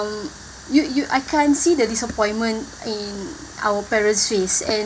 you you I can see the disappointment in our parents face and